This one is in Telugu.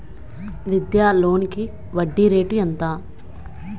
విద్యా లోనికి వడ్డీ రేటు ఎంత?